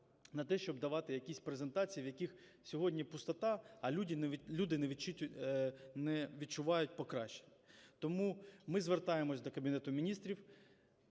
на те, щоб давати якісь презентації, в яких сьогодні пустота, а люди не відчувають покращень. Тому ми звертаємось до Кабінету Міністрів